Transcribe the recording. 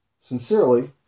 Sincerely